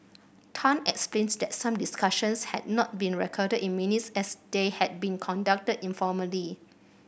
Tan explained that some discussions had not been recorded in minutes as they had been conducted informally